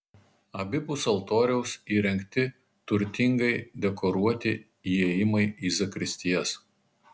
abipus altoriaus įrengti turtingai dekoruoti įėjimai į zakristijas